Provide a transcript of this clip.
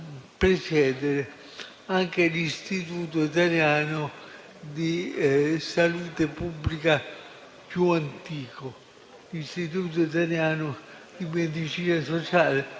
anche l'istituto italiano di salute pubblica più antico, ossia l'Istituto italiano di medicina sociale,